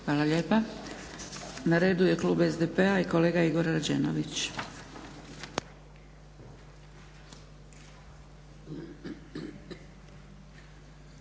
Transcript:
Dragica (SDP)** Na redu je Klub SDP-a i kolega Igor Rađenović.